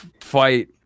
fight